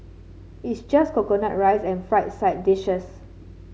it's just coconut rice and fried side dishes